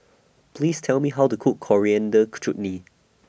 Please Tell Me How to Cook Coriander Chutney